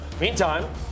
Meantime